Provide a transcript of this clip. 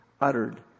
uttered